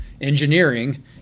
engineering